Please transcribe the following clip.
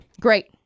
Great